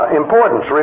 importance